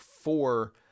four